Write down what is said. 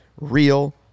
Real